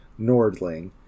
Nordling